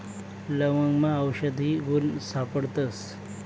लवंगमा आवषधी गुण सापडतस